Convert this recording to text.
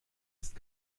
ist